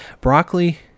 broccoli